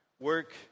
Work